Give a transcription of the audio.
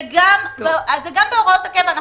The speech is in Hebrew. זה גם בהוראות הקבע.